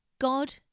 God